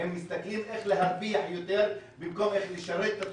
הם מסתכלים איך להרוויח יותר במקום איך לשרת את התושבים.